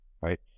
right